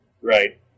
Right